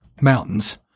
mountains